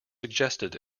suggested